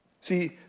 See